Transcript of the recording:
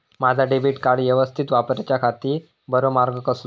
माजा debit card यवस्तीत वापराच्याखाती बरो मार्ग कसलो?